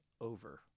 over